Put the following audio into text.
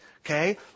okay